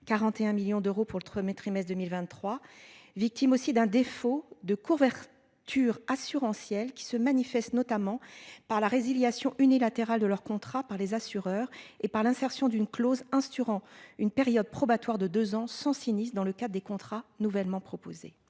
41 millions d'euros pour le tu remets trimestres 2023 victimes aussi d'un défaut de couverts. Assuranciel qui se manifeste notamment par la résiliation unilatérale de leur contrat par les assureurs et par l'insertion d'une clause ainsi durant une période probatoire de 2 ans son cynisme. Dans le cas des contrats nouvellement proposé.